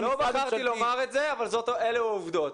לא בחרתי לומר את זה עד כה אבל אלה העובדות.